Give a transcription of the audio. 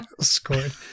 scored